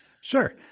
Sure